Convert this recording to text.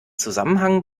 zusammenhang